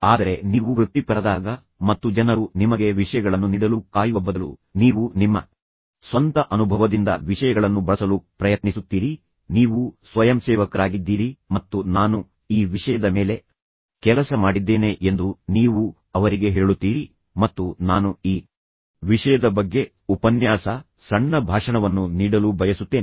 ಆದರೆ ನೀವು ವೃತ್ತಿಪರರಾದಾಗ ಮತ್ತು ಜನರು ನಿಮಗೆ ವಿಷಯಗಳನ್ನು ನೀಡಲು ಕಾಯುವ ಬದಲು ನೀವು ನಿಮ್ಮ ಸ್ವಂತ ಅನುಭವದಿಂದ ವಿಷಯಗಳನ್ನು ಬಳಸಲು ಪ್ರಯತ್ನಿಸುತ್ತೀರಿ ನೀವು ಸ್ವಯಂಸೇವಕರಾಗಿದ್ದೀರಿ ಮತ್ತು ನಾನು ಈ ವಿಷಯದ ಮೇಲೆ ಕೆಲಸ ಮಾಡಿದ್ದೇನೆ ಎಂದು ನೀವು ಅವರಿಗೆ ಹೇಳುತ್ತೀರಿ ಈ ಕ್ಷೇತ್ರವು ಅನೇಕ ಜನರಿಗೆ ತಿಳಿದಿಲ್ಲ ಮತ್ತು ನಾನು ಈ ವಿಷಯದ ಬಗ್ಗೆ ಉಪನ್ಯಾಸ ಸಣ್ಣ ಭಾಷಣವನ್ನು ನೀಡಲು ಬಯಸುತ್ತೇನೆ